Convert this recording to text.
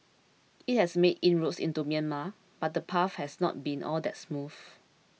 it has made inroads into Myanmar but the path has not been all that smooth